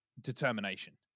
determination